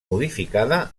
modificada